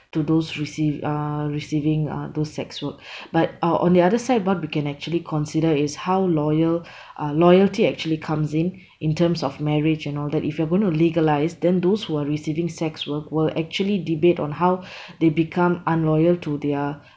to those receive uh receiving uh those sex work but uh on the other side what we can actually consider is how loyal uh loyalty actually comes in in terms of marriage and all that if you are going to legalise then those who are receiving sex work will actually debate on how they become unloyal to their